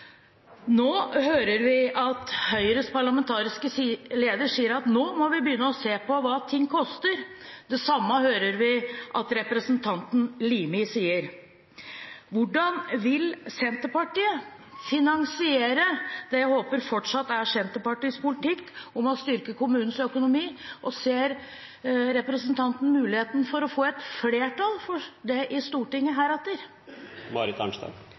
Nå hører vi at Høyres parlamentariske leder sier at vi må begynne å se på hva ting koster. Det samme hører vi representanten Limi si. Hvordan vil Senterpartiet finansiere det jeg håper fortsatt er Senterpartiets politikk, å styrke kommunenes økonomi? Og ser representanten muligheten for å få et flertall for det i Stortinget heretter?